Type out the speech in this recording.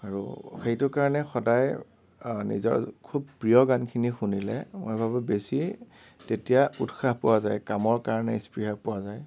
আৰু সেইটো কাৰণে সদায় নিজৰ খুব প্ৰিয় গানখিনি শুনিলে মই ভাবোঁ বেছি তেতিয়া উৎসাহ পোৱা যায় কামৰ কাৰণে স্পৃহা পোৱা যায়